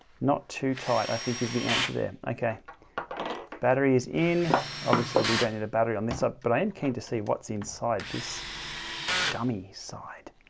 not too tight. i think is the answer there. okay battery is in obviously. we don't need a battery on this side, ah but i am keen to see what's inside this dummy side.